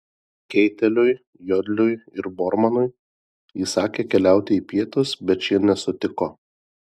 keiteliui jodliui ir bormanui įsakė keliauti į pietus bet šie nesutiko